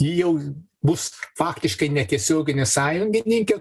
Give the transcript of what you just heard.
ji jau bus faktiškai netiesioginė sąjungininkė